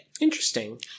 Interesting